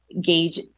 gauge